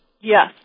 Yes